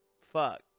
Fuck